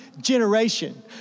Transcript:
generation